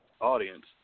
audience